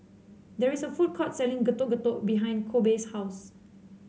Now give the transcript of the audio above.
there is a food court selling Getuk Getuk behind Kobe's house